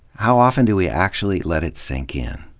how often do we actually let it sink in,